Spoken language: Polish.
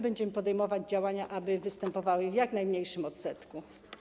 Będziemy podejmować działania, aby występowały w jak najmniejszym odsetku.